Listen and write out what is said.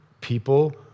people